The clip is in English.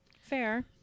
Fair